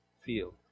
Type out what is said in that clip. feel